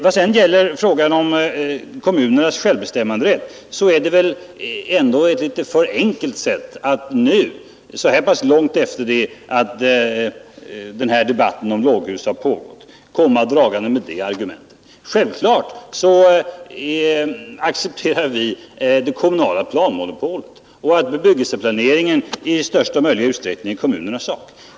Vad sedan gäller frågan om kommunernas självbestämmanderätt så är det väl ändå ett litet för enkelt argument i debatten om låghus. Självfallet accepterar vi det kommunala planmonopolet och att bebyggelseplaneringen i största möjliga utsträckning är kommunernas uppgift.